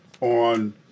on